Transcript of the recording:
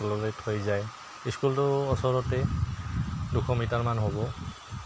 স্কুললৈ থৈ যায় স্কুলটো ওচৰতে দুশ মিটাৰমান হ'ব